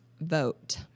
vote